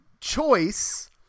choice